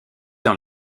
dans